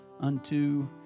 unto